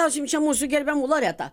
mes paklausim čia mūsų gerbiamų loreta